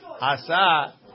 Asa